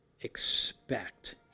expect